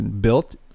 built